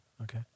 Okay